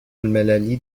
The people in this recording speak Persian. المللی